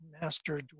master